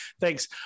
Thanks